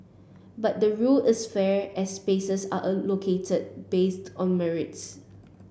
but the rule is fair as spaces are allocated based on merits